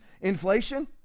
inflation